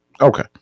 okay